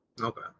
okay